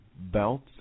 belts